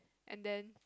and then